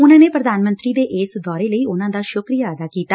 ਉਨਾਂ ਨੇ ਪੁਧਾਨ ਮੰਤਰੀ ਦੇ ਇਸ ਦੌਰੇ ਲਈ ਉਨਾਂ ਦਾ ਸੁਕਰੀਆ ਅਦਾ ਕੀਤਾ